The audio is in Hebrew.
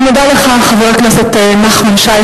אני מודה לך, חבר הכנסת נחמן שי.